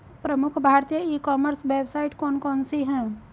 प्रमुख भारतीय e commerce website कौन कौन सी हैं?